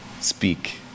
speak